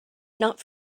not